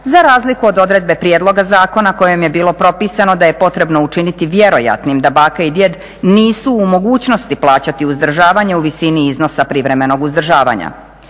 za razliku od odredbe prijedloga zakona kojom je bilo propisano da je potrebno učiniti vjerojatnim da baka i djed nisu u mogućnosti plaćati uzdržavanje u visini iznosa privremenog uzdržavanja.